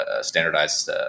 standardized